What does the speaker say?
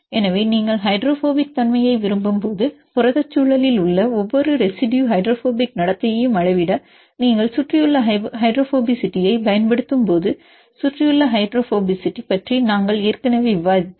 எனவே நீங்கள் ஹைட்ரோபோபிக் தன்மையை விரும்பும்போது புரதச் சூழலில் உள்ள ஒவ்வொரு ரெசிடுயு ஹைட்ரோபோபிக் நடத்தையையும் அளவிட நீங்கள் சுற்றியுள்ள ஹைட்ரோபோபசிட்டியைப் பயன்படுத்தும் போது சுற்றியுள்ள ஹைட்ரோபோபசிட்டி பற்றி நாங்கள் ஏற்கனவே விவாதித்தோம்